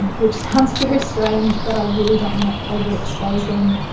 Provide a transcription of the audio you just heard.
and which sounds very strange, but i really don't want to overexpose them.